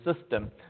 system